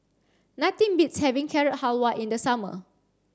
nothing beats having Carrot Halwa in the summer